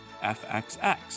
FXX